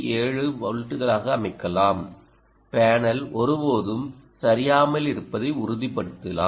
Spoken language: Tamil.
7 வோல்ட்டுகளாக அமைக்கலாம் மேனல் ஒருபோதும் சரியாமலிருப்பதை உறுதிப்படுத்தலாம்